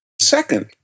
Second